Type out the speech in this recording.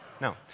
No